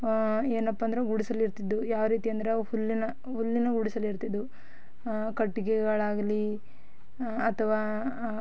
ಏನಪ್ಪಂದರೆ ಗುಡಿಸಲು ಇರ್ತಿದ್ವು ಯಾವ ರೀತಿ ಅಂದ್ರೆ ಹುಲ್ಲಿನ ಹುಲ್ಲಿನ ಗುಡಿಸಲು ಇರ್ತಿದ್ವು ಕಟ್ಟಿಗೆಗಳಾಗಲಿ ಅಥ್ವಾ